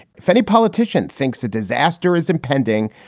if any politician thinks a disaster is impending,